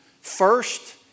first